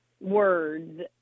words